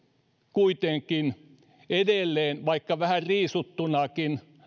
kuitenkin edelleen vaikka vähän riisuttunakin